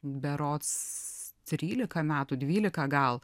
berods trylika metų dvylika gal